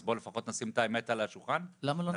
אז בוא לפחות נשים את האמת על השולחן ונבהיר.